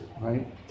right